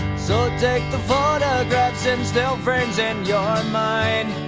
so take the photographs and still frames and yeah ah mind